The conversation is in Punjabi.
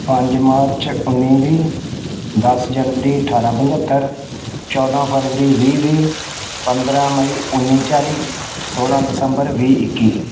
ਪੰਜ ਮਾਰਚ ਉੱਨੀ ਵੀਹ ਦਸ ਜਨਵਰੀ ਅਠਾਰਾਂ ਪੰਝੱਤਰ ਚੌਦਾਂ ਫਰਵਰੀ ਵੀਹ ਵੀਹ ਪੰਦਰਾਂ ਮਈ ਉੱਨੀ ਚਾਲੀ ਸੌਲਾਂ ਦਸੰਬਰ ਵੀਹ ਇੱਕੀ